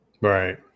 Right